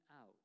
out